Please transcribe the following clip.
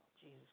Jesus